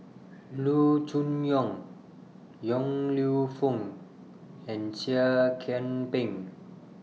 Loo Choon Yong Yong Lew Foong and Seah Kian Peng